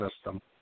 system